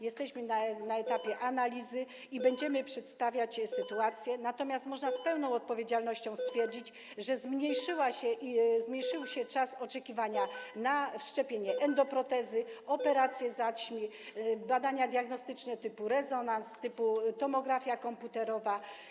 Jesteśmy na etapie analizy i będziemy przedstawiać sytuację, natomiast można z pełną odpowiedzialnością stwierdzić, że skrócił się czas oczekiwania na wszczepienie endoprotezy, operację zaćmy, badania diagnostyczne typu rezonans, typu tomografia komputerowa.